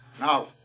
Now